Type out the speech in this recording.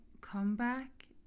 comeback